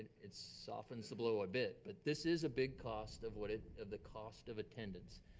it softens the blow a bit, but this is a big cost of what it, of the cost of attendance.